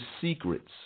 secrets